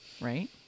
Right